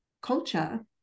culture